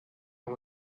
and